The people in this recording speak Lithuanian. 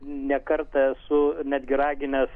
ne kartą esu netgi raginęs